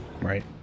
Right